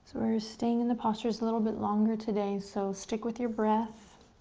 so we're staying in the postures a little bit longer today so stick with your breath.